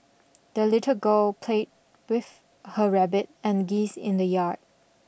the little girl played with her rabbit and geese in the yard